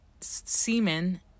semen